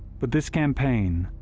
but this campaign,